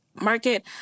market